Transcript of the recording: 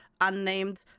unnamed